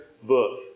book